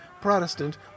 Protestant